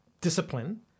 discipline